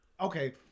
Okay